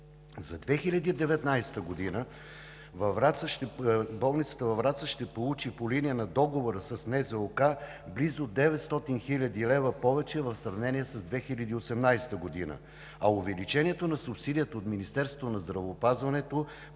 За 2019 г. болницата във Враца ще получи по линия на Договора с НЗОК близо 900 хил. лв. повече в сравнение с 2018 г., а увеличението на субсидията от Министерството на здравеопазването